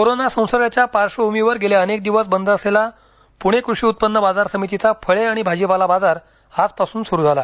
corona संसर्गाच्या पार्श्वभुमीवर गेले अनेक दिवस बंद असलेला पुणे कृषि उत्पन बाजार समितीचा फळे आणि भाजीपाला बाजार आजपासून सुरु झाला